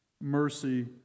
mercy